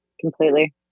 completely